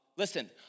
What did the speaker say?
Listen